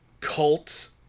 cult